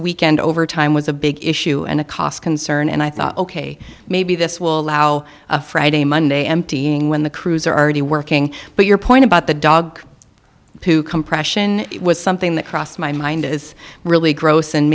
weekend overtime was a big issue and a cost concern and i thought ok maybe this will allow a friday monday emptying when the crews are already working but your point about the dog who compression was something that crossed my mind is really gross and